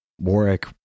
warwick